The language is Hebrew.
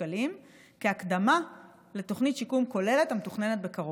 שקלים כהקדמה לתוכנית שיקום כוללת המתוכננת בקרוב.